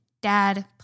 dad